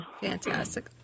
Fantastic